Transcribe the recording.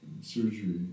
surgery